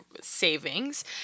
savings